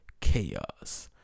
chaos